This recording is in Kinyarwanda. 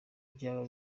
byaba